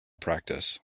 practice